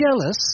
jealous